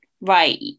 right